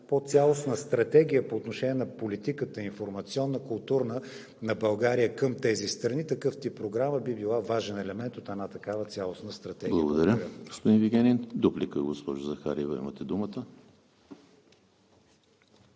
по-цялостна стратегия по отношение на политиката – информационна, културна, на България към тези страни, то такъв тип програма би била важен елемент от една такава цялостна стратегия. ПРЕДСЕДАТЕЛ ЕМИЛ ХРИСТОВ: Благодаря, господин Вигенин. Дуплика, госпожо Захариева, имате думата.